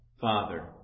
Father